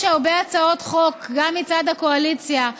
יש הרבה הצעות חוק, גם מצד הקואליציה,